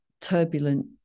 turbulent